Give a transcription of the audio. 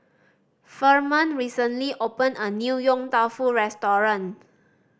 Ferman recently opened a new Yong Tau Foo restaurant